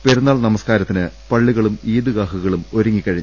പെരുന്നാൾ നമ സ്കാരത്തിന് പള്ളികളും ഈദ്ഗാഹുകളും ഒരുങ്ങി